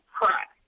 crack